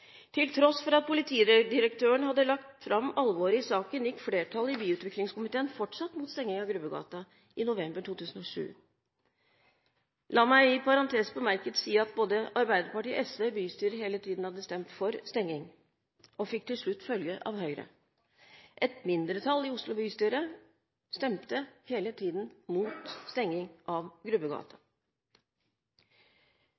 Til tross for at Politidirektøren hadde lagt fram alvoret i saken, gikk flertallet i byutviklingskomiteen – i november 2007 – fortsatt imot stenging av Grubbegata. La meg, i parentes bemerket, si at både Arbeiderpartiet og SV i bystyret hele tiden hadde stemt for stenging, og at de til slutt fikk følge av Høyre. Et mindretall i Oslo bystyre stemte hele tiden imot stenging av Grubbegata.